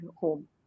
home